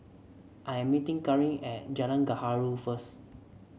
I am meeting Kareem at Jalan Gaharu first